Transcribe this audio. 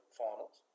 finals